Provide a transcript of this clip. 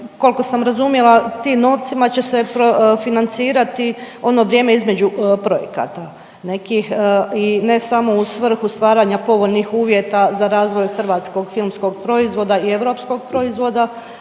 koliko sam razumjela tim novcima će se financirati ono vrijeme između projekata nekih i ne samo u svrhu stvaranja povoljnih uvjeta za razvoj hrvatskog filmskog proizvoda i europskog proizvoda